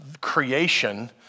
creation